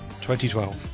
2012